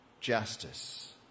justice